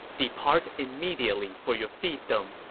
depart immediately for your fiefdom.